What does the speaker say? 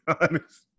honest